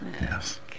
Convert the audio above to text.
yes